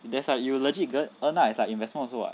there's like you legit earn lah like investment also [what]